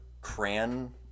Cran